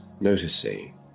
noticing